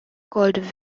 called